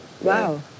Wow